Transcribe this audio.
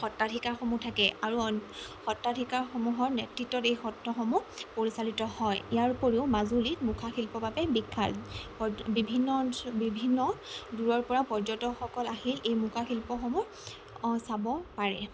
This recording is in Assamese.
সত্ৰাধিকাৰসমূহ থাকে আৰু সত্ৰাধিকাৰসমূহৰ নেতৃত্বত এই সত্ৰসমূহ পৰিচালিত হয় ইয়াৰ উপৰিও মাজুলিত মুখা শিল্প বাবে বিখ্যাত প বিভিন্ন অন বিভিন্ন দূৰৰ পৰা পৰ্যতকসকল আহি এই মুখা শিল্পসমূহ চাব পাৰে